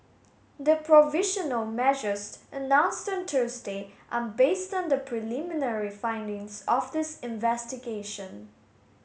the provisional measures announced on Thursday are based on the preliminary findings of this investigation